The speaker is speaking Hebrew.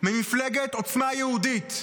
ממפלגת עוצמה יהודית.